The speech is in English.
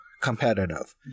competitive